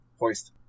Hoist